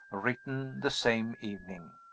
written the same evening.